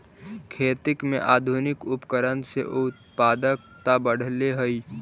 खेती में आधुनिक उपकरण से उत्पादकता बढ़ले हइ